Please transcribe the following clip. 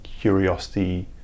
curiosity